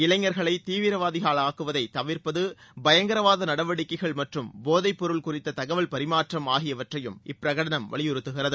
இளைஞர்களை தீவிரவாதிகளாக்குவதை திவிர்ப்பது பயங்கரவாத நடவடிக்கைகள் மற்றும் போதைப்பொருள் குறித்த தகவல் பரிமாற்றம் ஆகியவற்றையும் இப்பிரகடனம் வலியுறுத்துகிறது